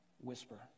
whisper